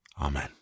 Amen